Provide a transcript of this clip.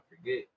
forget